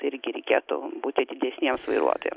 irgi reikėtų būti atidesniems vairuotojam